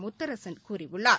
முத்தரசன் கூறியுள்ளார்